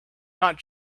not